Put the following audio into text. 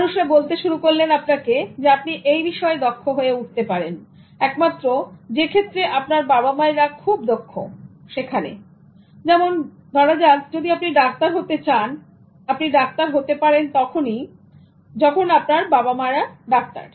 মানুষরা বলতে শুরু করলেন আপনাকে আপনি এই বিষয়ে দক্ষ হয়ে উঠতে পারেন একমাত্র যে ক্ষেত্রে আপনার বাবা মায়েরা খুব দক্ষ সেখানে যেমন যদি আপনি ডাক্তার হতে চান আপনি ডাক্তার হতে পারেন একমাত্র তখনই যখন আপনার বাবা মা রা ডাক্তার